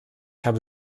habe